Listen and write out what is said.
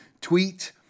tweet